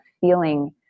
feeling